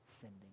sending